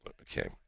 Okay